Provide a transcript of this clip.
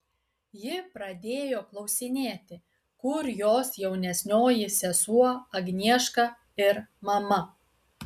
ji pradėjo klausinėti kur jos jaunesnioji sesuo agnieška ir mama